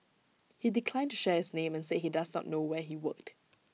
he declined to share his name and said he does not know where he worked